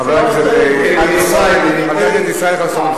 חבר הכנסת ישראל חסון,